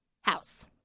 house